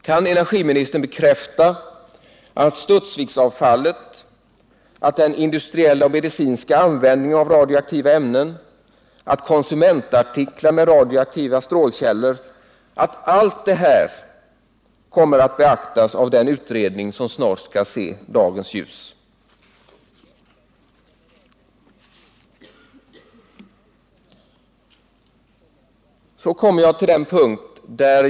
Kan energiministern bekräfta att Studsvikavfallet, att den industriella och medicinska användningen av radioaktiva ämnen, att konsumentartiklar med radioaktiva strålkällor — att allt detta kommer att beaktas av den utredning som snart skall se dagens ljus?